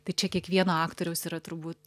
tai čia kiekvieno aktoriaus yra turbūt